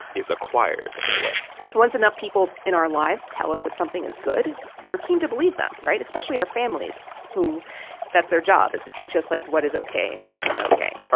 is acquired, in a way once enough people in our lives tell us that something is good, we're keen to believe them right? especially our families, who that's their job, is to teach us, like, what is ok and what is not ok all